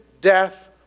death